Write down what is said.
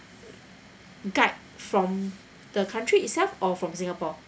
guide from the country itself or from singapore